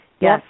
Yes